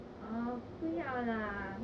err 不要 lah